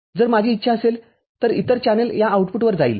जर माझी इच्छा असेल तर इतर चॅनेल त्या आउटपुटवर जाईल